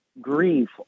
grief